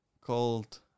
called